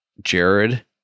Jared